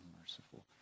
merciful